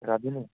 রাধুনি